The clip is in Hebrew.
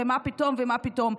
מה פתאום ומה פתאום,